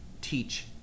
teach